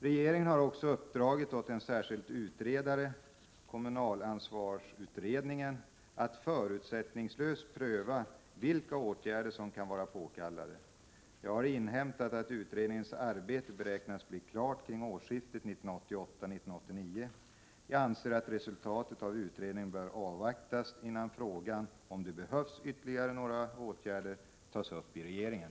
Regeringen har också uppdragit åt en särskild utredare — kommunalansvarsutredningen — att förutsättningslöst pröva vilka åtgärder som kan vara påkallade. Jag har inhämtat att utredningens arbete beräknas bli klart kring årsskiftet 1988-1989. Jag anser att resultatet av utredningen bör avvaktas, innan frågan om det behövs ytterligare några åtgärder tas upp i regeringen.